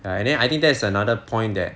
ya and then I think that is another point that